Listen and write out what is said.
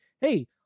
hey